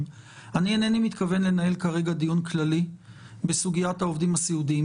-- אינני מתכוון לנהל כרגע דיון כללי בסוגיית העובדים הסיעודיים.